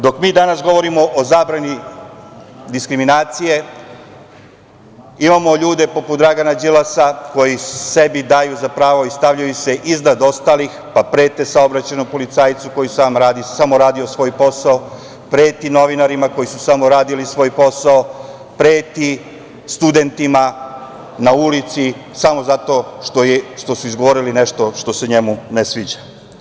Dok mi danas govorimo o zabrani diskriminacije imamo ljude poput Dragana Đilasa koji sebi daju za pravo i stavljaju se iznad ostalih, pa prete saobraćajnom policajcu koji je samo radio svoj posao, preti novinarima koji su samo radili svoj posao, preti studentima na ulici samo zato što su izgovorili nešto se njemu ne sviđa.